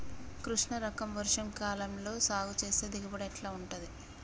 కృష్ణ రకం వర్ష కాలం లో సాగు చేస్తే దిగుబడి ఎట్లా ఉంటది?